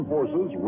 forces